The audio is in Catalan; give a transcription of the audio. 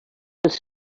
els